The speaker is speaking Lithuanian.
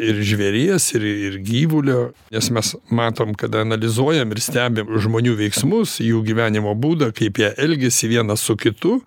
ir žvėries ir ir gyvulio nes mes matom kada analizuojam ir stebim žmonių veiksmus jų gyvenimo būdą kaip jie elgiasi vienas su kitu